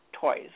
toys